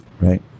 Right